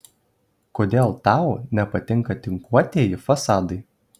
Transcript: kodėl tau nepatinka tinkuotieji fasadai